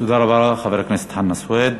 תודה רבה לחבר הכנסת חנא סוייד.